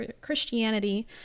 Christianity